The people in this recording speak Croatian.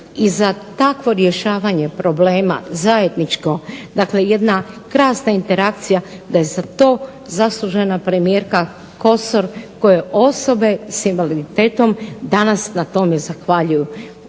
i za takvo rješavanje problema zajedničko, dakle jedna krasna interakcija da je za to zaslužena premijerka Kosor kojoj osobe sa invaliditetom danas na tome zahvaljuju.